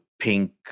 pink